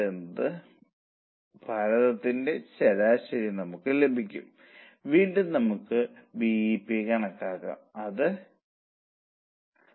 75 എന്നത് x ന്റെ പുതിയ മൂല്യമാണ് അതായത് 4